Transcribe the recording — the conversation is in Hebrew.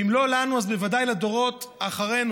ואם לא לנו אז בוודאי לדורות אחרינו,